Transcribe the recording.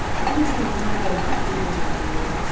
let me do a little bit of legal review.